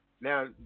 Now